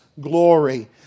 glory